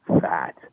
fat